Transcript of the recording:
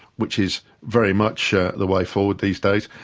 which is very much the way forward these days,